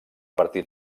partir